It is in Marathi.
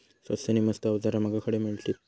स्वस्त नी मस्त अवजारा माका खडे मिळतीत?